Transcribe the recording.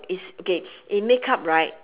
it's okay in makeup right